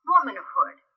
womanhood